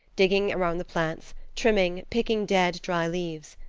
digging around the plants, trimming, picking dead, dry leaves.